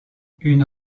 une